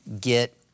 get